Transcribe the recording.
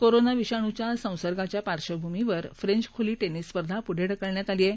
corona विषाणूच्या संसर्गाच्या पार्श्वभूमीवर फ्रेंच खुली टेनिस स्पर्धा पुढे ढकलण्यात आली आहे